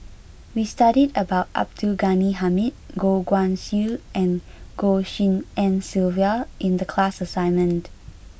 we studied about Abdul Ghani Hamid Goh Guan Siew and Goh Tshin En Sylvia in the class assignment